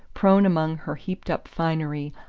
prone among her heaped-up finery.